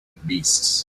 beasts